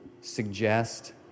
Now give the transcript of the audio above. suggest